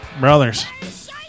brothers